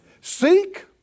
Seek